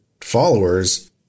followers